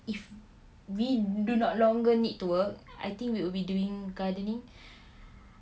if we do not longer need to work I think we will be doing gardening